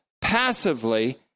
passively